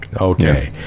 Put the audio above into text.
okay